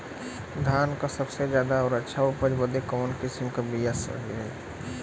धान क सबसे ज्यादा और अच्छा उपज बदे कवन किसीम क बिया सही रही?